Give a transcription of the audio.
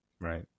Right